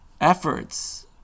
efforts